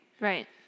right